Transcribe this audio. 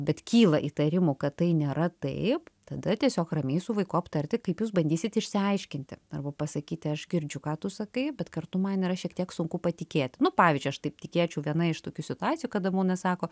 bet kyla įtarimų kad tai nėra taip tada tiesiog ramiai su vaiku aptarti kaip jūs bandysit išsiaiškinti arba pasakyti aš girdžiu ką tu sakai bet kartu man yra šiek tiek sunku patikėt nu pavyzdžiui aš taip tikėčiau viena iš tokių situacijų kada būna sako